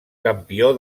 campió